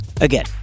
again